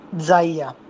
Zaya